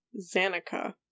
Zanika